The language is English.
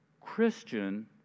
Christian